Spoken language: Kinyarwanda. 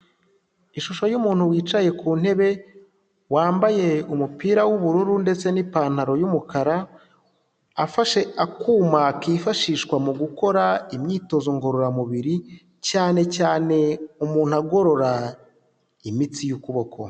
Ishusho y'umuntu wicaye ku ntebe, wambaye umupira w'ubururu ndetse n'ipantaro y'umukara, afashe akuma kifashishwa mu gukora imyitozo ngororamubiri cyane cyane umuntu agorora imitsi y'ukuboko.